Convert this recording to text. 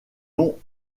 ont